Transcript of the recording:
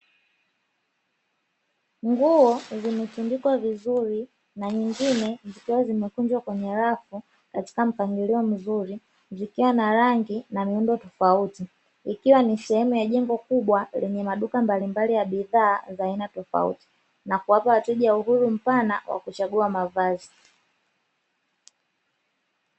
Nguo zimetundikwa vizuri na nyingine zikiwa zimekunjwa kwenye rafu katika mpangilio mzuri, zikiwa na rangi na miundo tofauti ikiwa ni sehemu ya jengo kubwa lenye maduka mbalimbali ya bidhaa za aina tofauti, na kuwapa wateja uhuru mpana wa kuchagua mavazi.